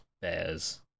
Bears